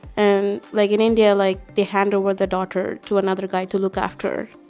and like in india, like, they hand over the daughter to another guy to look after her.